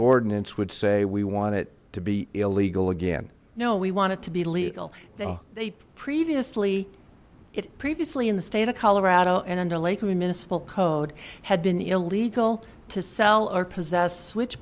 ordinance would say we want it to be illegal again no we want to be legal they previously it previously in the state of colorado and under lake misfile code had been illegal to sell or possess which